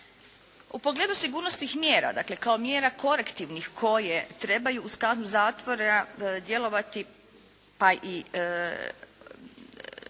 U pogledu sigurnosnih mjera, dakle kao mjera korektivnih koje trebaju u skladu zatvora djelovati pa i